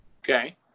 Okay